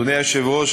אדוני היושב-ראש,